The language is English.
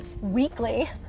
weekly